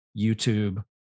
YouTube